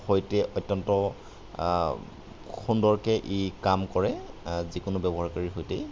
সৈতে অত্যন্ত সুন্দৰকৈ ই কাম কৰে যিকোনো ব্যৱহাৰকাৰীৰ সৈতেই